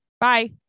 Bye